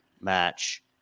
match